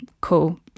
cool